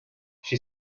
she